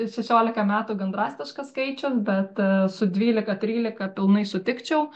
šešiolika metų gan drastiškas skaičiu bet su dvylika trylika pilnai sutikčiau